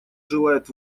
желает